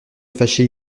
fâcher